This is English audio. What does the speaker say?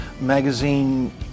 magazine